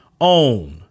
own